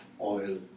oil